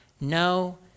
no